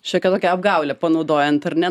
šiokią tokią apgaulę panaudojant ar ne